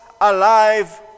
alive